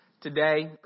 today